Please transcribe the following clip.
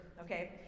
okay